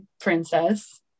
princess